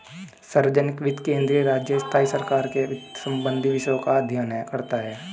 सार्वजनिक वित्त केंद्रीय, राज्य, स्थाई सरकारों के वित्त संबंधी विषयों का अध्ययन करता हैं